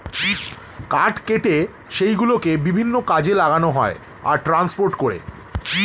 কাঠ কেটে সেই গুলোকে বিভিন্ন কাজে লাগানো হয় আর ট্রান্সপোর্ট করে